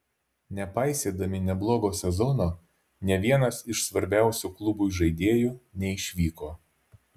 nepaisydami neblogo sezono nė vienas iš svarbiausių klubui žaidėjų neišvyko